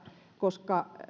koska